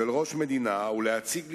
של ראש מדינה, ולהציג לפניכם,